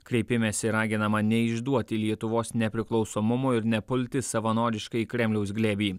kreipimesi raginama neišduoti lietuvos nepriklausomumo ir nepulti savanoriškai į kremliaus glėbį